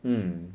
mm